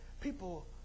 people